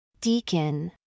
Deacon